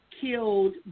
killed